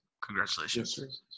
Congratulations